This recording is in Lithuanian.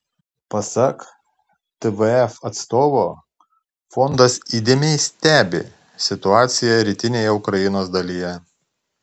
pasak tvf atstovo fondas įdėmiai stebi situaciją rytinėje ukrainos dalyje